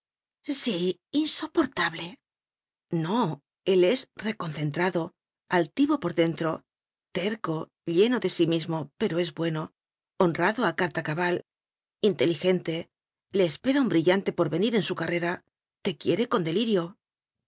insoportable no él es reconcentrado altivo por den tro terco lleno de sí mismo pero es bueno honrado a carta cabal inteligente le espera un brillante porvenir en su carrera te quiere con delirio